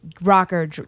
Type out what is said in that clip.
rocker